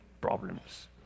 problems